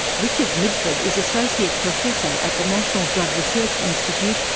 richard midford is associate professor at the national drug research institute,